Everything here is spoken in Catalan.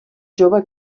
jove